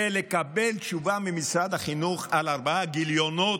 ולקבל תשובה ממשרד החינוך על ארבעה גיליונות: